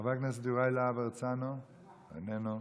חבר הכנסת יוראי להב הרצנו, איננו,